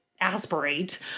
aspirate